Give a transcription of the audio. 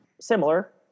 similar